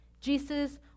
Jesus